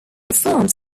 farms